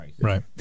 Right